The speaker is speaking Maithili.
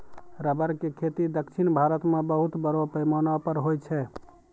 रबर के खेती दक्षिण भारत मॅ बहुत बड़ो पैमाना पर होय छै